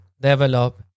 develop